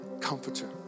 Comforter